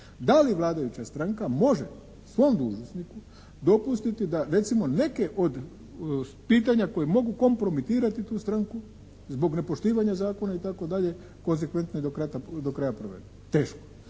Da li vladajuća stranka može svom dužnosniku dopustiti da recimo neke od pitanja koji mogu kompromitirati tu stranku zbog nepoštivanja zakona itd. konzekventno i do kraja provede. Teško.